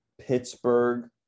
Pittsburgh